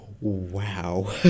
wow